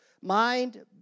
Mind